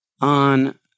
on